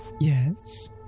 Yes